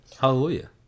Hallelujah